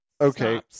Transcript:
Okay